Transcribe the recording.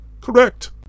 Correct